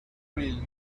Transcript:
really